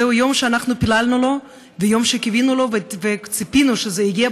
זהו יום שאנחנו פיללנו לו ויום שקיווינו לו וציפינו שזה יגיע,